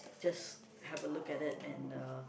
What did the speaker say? just have a look at it and uh